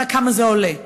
כמה זה עולה.